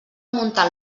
muntar